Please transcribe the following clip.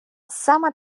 сама